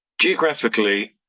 Geographically